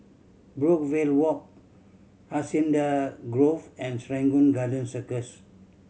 Brookvale Walk Hacienda Grove and Serangoon Garden Circus